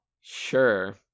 Sure